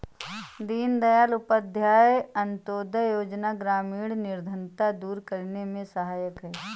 दीनदयाल उपाध्याय अंतोदय योजना ग्रामीण निर्धनता दूर करने में सहायक है